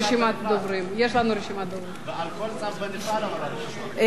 על כל צו בנפרד, אבל הרשימה, דיון משולב.